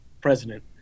president